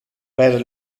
per